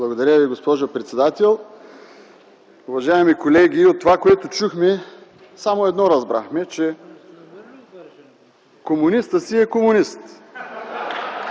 Благодаря Ви, госпожо председател. Уважаеми колеги, от това, което чухме, само едно разбрахме – че комунистът си е комунист.